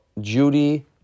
Judy